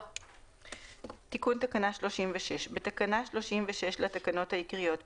תקנה 4. תיקון תקנה 36 4. בתקנה 36 לתקנות העיקריות,